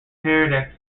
homer